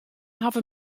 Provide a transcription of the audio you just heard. hawwe